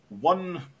one